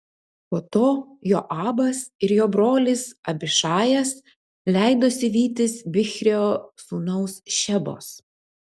po to joabas ir jo brolis abišajas leidosi vytis bichrio sūnaus šebos